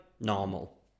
normal